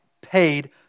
paid